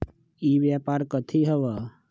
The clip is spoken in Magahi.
ई व्यापार कथी हव?